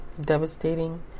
devastating